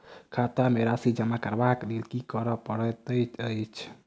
खाता मे राशि जमा करबाक लेल की करै पड़तै अछि?